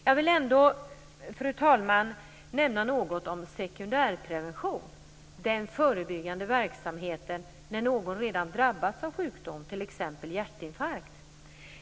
Jag vill, fru talman, även nämna sekundär prevention, dvs. den förebyggande verksamheten när någon redan har drabbats av sjukdom, t.ex. hjärtinfarkt.